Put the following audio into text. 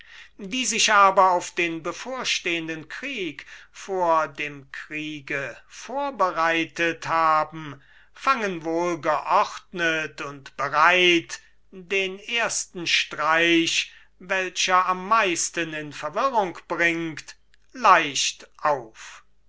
die sich aber auf den bevorstehenden krieg vor dem kriege vorbereitet haben fangen wohl geordnet und bereit den ersten streich welcher am meisten in verwirrung bringt leicht auf